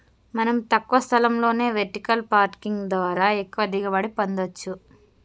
మనం తక్కువ స్థలంలోనే వెర్టికల్ పార్కింగ్ ద్వారా ఎక్కువగా దిగుబడి పొందచ్చు